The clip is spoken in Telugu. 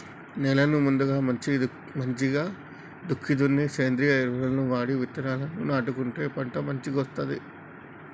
నేలను ముందుగా మంచిగ దుక్కి దున్ని సేంద్రియ ఎరువులను వాడి విత్తనాలను నాటుకుంటే పంట మంచిగొస్తది